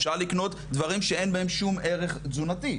אפשר לקנות דברים שאין בהם שום ערך תזונתי,